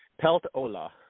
Peltola